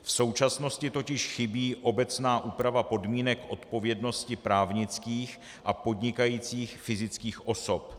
V současnosti totiž chybí obecná úprava podmínek odpovědnosti právnických a podnikajících fyzických osob.